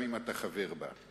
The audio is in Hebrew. גם אם אתה חבר בה.